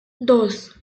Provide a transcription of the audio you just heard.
dos